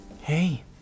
hey